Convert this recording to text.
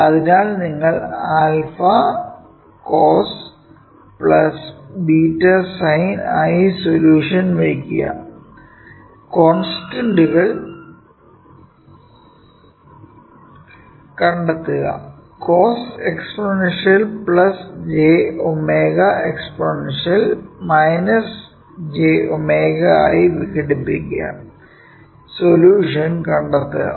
അതിനാൽ നിങ്ങൾ 𝛂 cos 𝜷sine ആയി ഒരു സൊല്യൂഷൻ വയ്ക്കുക കോൺസ്റ്റന്റുകൾ കണ്ടെത്തുക കോസിനെ എക്സ്പോണൻഷ്യൽ jω എക്സ്പോണൻഷ്യൽ jω ആയി വിഘടിപ്പിക്കുക സൊല്യൂഷൻ കണ്ടെത്തുക